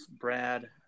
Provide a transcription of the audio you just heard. Brad